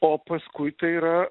o paskui tai yra